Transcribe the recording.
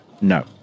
No